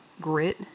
grit